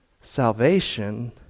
salvation